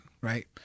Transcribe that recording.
right